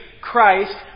Christ